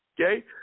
okay